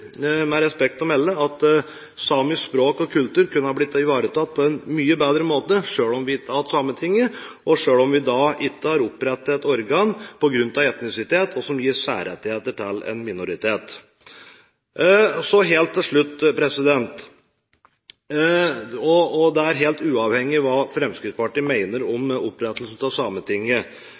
med respekt å melde, at samisk språk og kultur kunne ha blitt ivaretatt på en mye bedre måte selv om vi ikke hadde hatt Sametinget, og selv om vi ikke hadde opprettet et organ på grunn av etnisitet som gir særrettigheter til en minoritet. Helt til slutt – og det er helt uavhengig hva Fremskrittspartiet mener om opprettelsen av Sametinget: